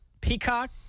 Peacock